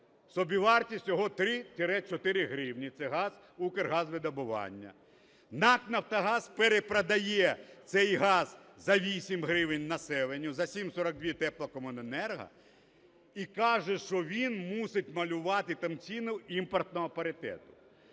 собівартість його 3-4 гривні – це газ Укргазвидобування. НАК "Нафтогаз" перепродає цей газ за 8 гривень населенню, за 7,42 Теплокомуненерго і каже, що він мусить малювати там ціну імпортного паритету.